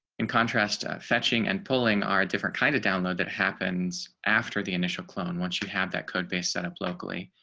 in contrast, fetching and pulling our different kind of download that happens after the initial clone. once you have that code base set up locally,